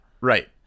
Right